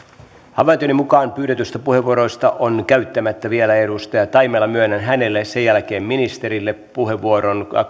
havaintojeni mukaan pyydetyistä puheenvuoroista on käyttämättä vielä edustaja taimelan myönnän hänelle ja sen jälkeen ministerille puheenvuoron